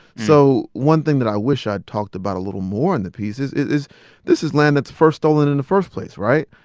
so one thing that i wish i'd talked about a little more in the piece is is this is land that's first stolen in the first place, right?